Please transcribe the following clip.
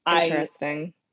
Interesting